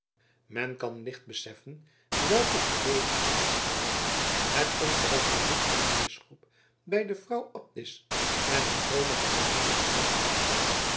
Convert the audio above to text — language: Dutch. men kan licht beseffen welke verlegenheid en verwarring het onverwacht bezoek van den bisschop bij de vrouw abdis en haar vrome gezellinnen teweegbracht